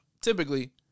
Typically